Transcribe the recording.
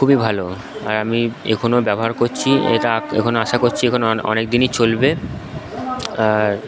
খুবই ভালো আর আমি এখনো ব্যবহার করছি এটা এখনো আশা করছি এখনো অনেক দিনই চলবে আর